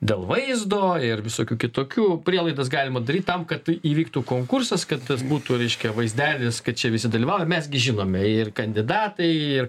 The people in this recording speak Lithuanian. dėl vaizdo ir visokių kitokių prielaidas galima daryt tam kad įvyktų konkursas kad tas būtų reiškę vaizdelis kad čia visi dalyvavo mes gi žinome ir kandidatai ir